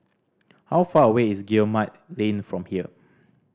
how far away is Guillemard Lane from here